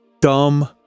dumb